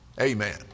Amen